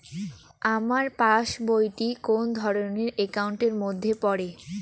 আমার পাশ বই টি কোন ধরণের একাউন্ট এর মধ্যে পড়ে?